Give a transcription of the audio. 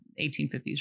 1850s